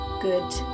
good